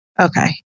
Okay